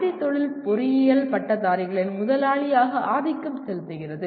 D தொழில் பொறியியல் பட்டதாரிகளின் முதலாளியாக ஆதிக்கம் செலுத்துகிறது